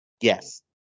yes